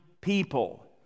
people